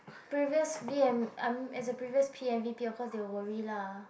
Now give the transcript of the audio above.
previous V_M I'm as a previous p_m V_P of course they will worry lah